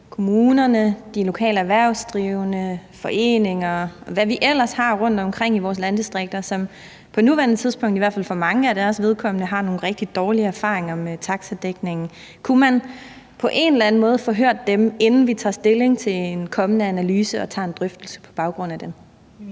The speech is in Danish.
kommunerne, de lokale erhvervsdrivende, foreninger, og hvad vi ellers har rundtomkring i vores landdistrikter, som på nuværende tidspunkt i hvert fald for manges vedkommende har nogle rigtig dårlige erfaringer med taxadækningen. Kunne man på en eller anden måde få hørt dem, inden vi tager stilling til en kommende analyse og tager en drøftelse på baggrund af den?